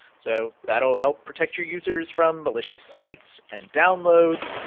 so that'll help protect your users from malicious sites and downloads,